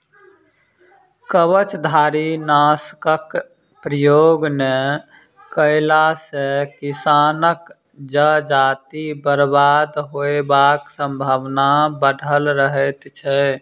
कवचधारीनाशकक प्रयोग नै कएला सॅ किसानक जजाति बर्बाद होयबाक संभावना बढ़ल रहैत छै